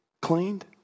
cleaned